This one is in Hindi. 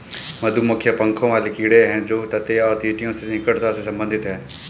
मधुमक्खियां पंखों वाले कीड़े हैं जो ततैया और चींटियों से निकटता से संबंधित हैं